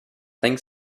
think